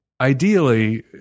Ideally